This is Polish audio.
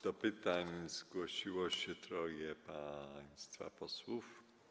Do pytań zgłosiło się troje państwa posłów.